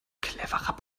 cleverer